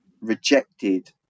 rejected